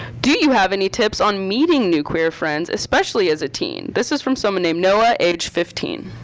do you have any tips on meeting new queer friends, especially as a teen? this is from someone named noah, age fifteen.